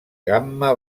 gamma